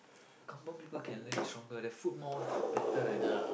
kampung people can live stronger their food more better than